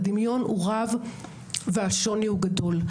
הדמיון הוא רב והשוני הוא גדול.